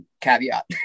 caveat